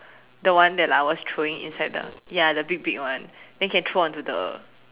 the one that like I was throwing inside the ya the big big one then can throw onto the